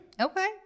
Okay